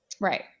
Right